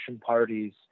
parties –